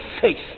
faith